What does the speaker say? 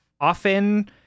often